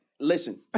Listen